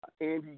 Andy